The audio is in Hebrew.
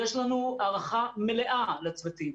יש לנו ערכה מלאה לצוותים.